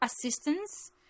assistance